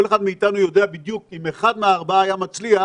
כל אחד מאיתנו יודע בדיוק שאם אחד מארבעת הניסיונות האלה היה מצליח